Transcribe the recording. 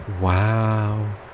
wow